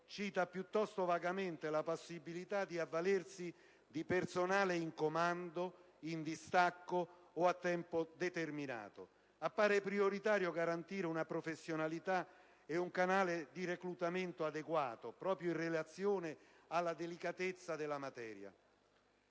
cita piuttosto vagamente la possibilità di avvalersi di personale in comando, in distacco o a tempo determinato. Appare prioritario garantire una professionalità e un canale di reclutamento adeguato, proprio in relazione alla delicatezza della materia.